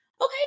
Okay